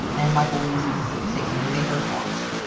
and michael williams, who's a state senator, they both lost.